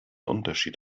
unterschied